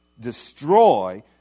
destroy